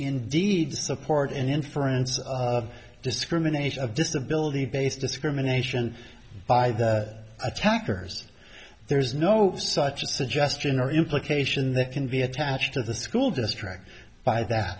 indeed support an inference of discrimination of disability based discrimination by the attackers there is no such a suggestion or implication that can be attached to the school district by that